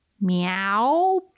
Meow